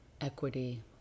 equity